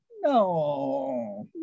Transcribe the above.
no